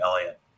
Elliott